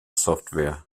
software